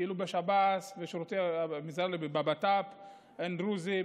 כאילו בשב"ס ובבט"פ אין דרוזים,